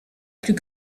plus